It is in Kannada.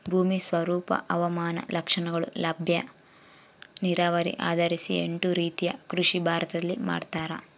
ಭೂಮಿ ಸ್ವರೂಪ ಹವಾಮಾನ ಲಕ್ಷಣಗಳು ಲಭ್ಯ ನೀರಾವರಿ ಆಧರಿಸಿ ಎಂಟು ರೀತಿಯ ಕೃಷಿ ಭಾರತದಲ್ಲಿ ಮಾಡ್ತಾರ